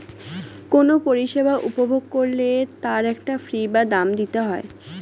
কোনো পরিষেবা উপভোগ করলে তার একটা ফী বা দাম দিতে হয়